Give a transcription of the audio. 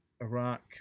Iraq